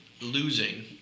losing